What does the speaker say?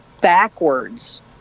backwards